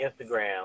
Instagram